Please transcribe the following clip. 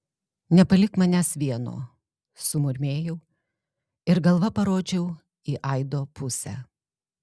nepalik manęs vieno sumurmėjau ir galva parodžiau į aido pusę